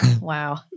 Wow